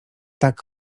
tak